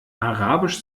arabisch